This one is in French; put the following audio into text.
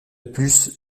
plus